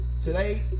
today